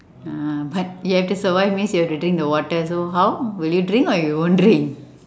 ah but you have to survive means you have to drink the water so how will you drink or you won't drink